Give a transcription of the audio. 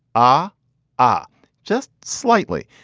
ah ah just slightly.